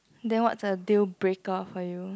then what was the deal break up for you